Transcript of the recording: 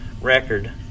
record